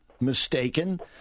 mistaken